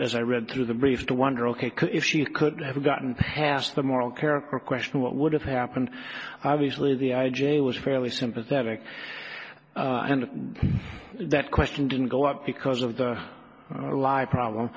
as i read through the briefs to wonder ok if she could have gotten past the moral character question what would have happened obviously the i j a was fairly sympathetic and that question didn't go up because of the live problem